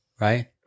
right